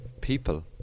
people